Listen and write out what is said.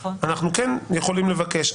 אנחנו כן יכולים לבקש,